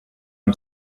him